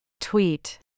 Tweet